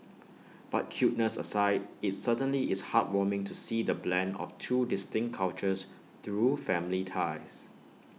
but cuteness aside IT certainly is heartwarming to see the blend of two distinct cultures through family ties